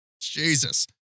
Jesus